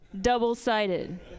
double-sided